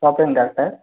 பார்ப்பேங் doctor